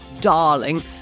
darling